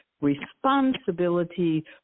responsibility